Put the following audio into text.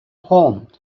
home